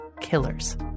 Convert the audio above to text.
killers